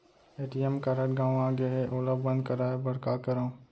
ATM card गंवा गे है ओला बंद कराये बर का करंव?